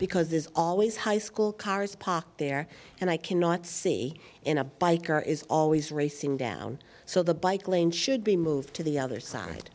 because there's always high school cars parked there and i cannot see in a biker is always racing down so the bike lane should be moved to the other side